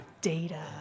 Data